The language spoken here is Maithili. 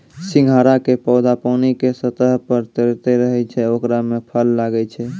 सिंघाड़ा के पौधा पानी के सतह पर तैरते रहै छै ओकरे मॅ फल लागै छै